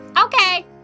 Okay